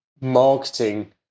marketing